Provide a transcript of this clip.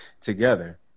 together